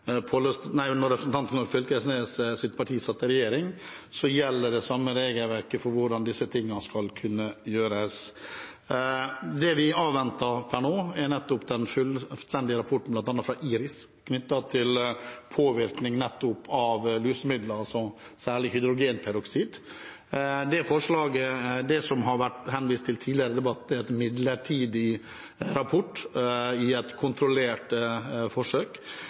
Fylkesnes sitt parti satt i regjering. Det vi avventer per nå, er bl.a. den fullstendige rapporten fra IRIS knyttet til påvirkning av lusemidler, særlig hydrogenperoksid. Det som det har vært henvist til tidligere i debatten, er en midlertidig rapport om et kontrollert forsøk.